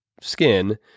skin